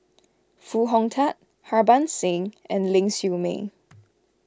Foo Hong Tatt Harbans Singh and Ling Siew May